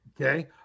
Okay